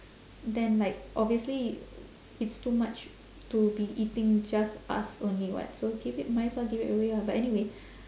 then like obviously it's too much to be eating just us only [what] so give it might as well give it away ah but anyway